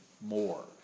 more